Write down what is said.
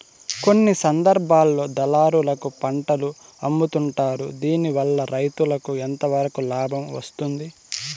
కొన్ని సందర్భాల్లో దళారులకు పంటలు అమ్ముతుంటారు దీనివల్ల రైతుకు ఎంతవరకు లాభం వస్తుంది?